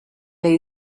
lay